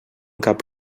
cap